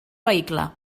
vehicle